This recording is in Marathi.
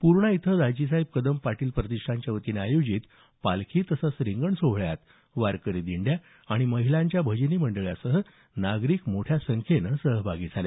पूर्णा इथं दाजीसाहेब कदम पाटील प्रतिष्ठानच्यावतीने आयोजित पालखी तसंच रिंगण सोहळ्यात वारकरी दिंड्या आणि महिलांच्या भजनी मंडळांसह नागरिक मोठ्या संख्येनं सहभागी झाले